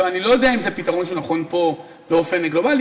אני לא יודע אם זה פתרון שהוא נכון פה באופן גלובלי